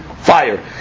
fire